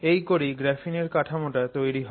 এই করেই গ্রাফিনের কাঠামোটা তৈরি হয়